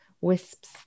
wisps